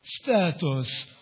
status